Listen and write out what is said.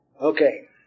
Okay